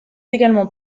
également